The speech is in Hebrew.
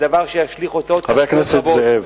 דבר שישליך, הוצאות רבות, חבר הכנסת זאב,